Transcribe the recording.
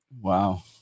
Wow